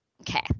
okay